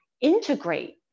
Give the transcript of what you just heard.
integrate